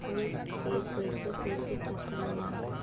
हमन के पईसा कइसे खाता में आय?